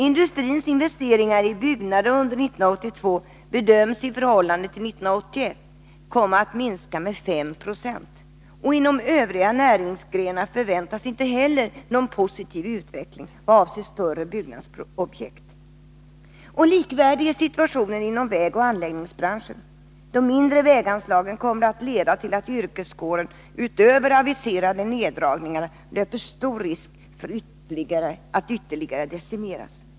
Industrins investeringar i byggnader under 1982 bedöms i förhållande till 1981 komma att minska med 5 96. Inom övriga näringsgrenar förväntas inte heller någon positiv utveckling vad avser större byggnadsobjekt. Likvärdig är situationen inom vägoch anläggningsbranschen. De mindre väganslagen kommer att leda till att yrkeskåren utöver aviserade neddragningar löper stor risk för att ytterligare decimeras.